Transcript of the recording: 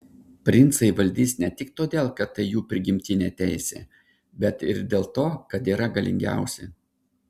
princai valdys ne tik todėl kad tai jų prigimtinė teisė bet ir dėl to kad yra galingiausi